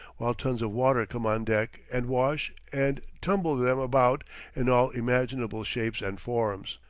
while tons of water come on deck and wash and tumble them about in all imaginable shapes and forms.